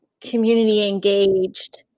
community-engaged